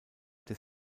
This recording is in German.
des